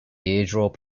airdrop